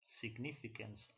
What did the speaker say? significance